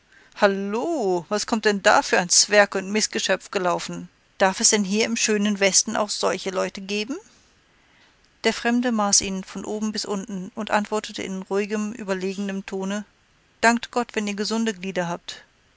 halloo was kommt denn da für ein zwerg und mißgeschöpf gelaufen darf es denn hier im schönen westen auch solche leute geben der fremde maß ihn von unten bis oben und antwortete in ruhigem überlegenem tone dankt gott wenn ihr gesunde glieder habt